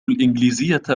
الإنجليزية